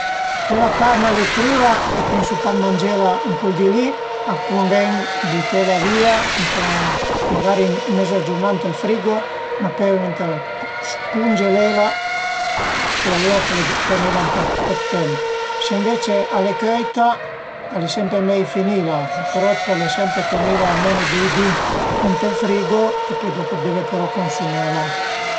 Se la carn al e crüa e pensu ma d'mangela ën cul di li a cunven bütela vìa, magari meza giurnà ënt ël frigo, ma pöi ëntà cungelela e alura pöie tenila për ën po dë temp, së ënvece al e cöita al e sempre mei finila, però pöle sempre tenila almeno dui di ënt ël frigo e pöi dopu deve però consümela